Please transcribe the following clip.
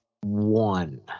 one